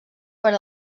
per